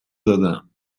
دادم